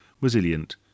resilient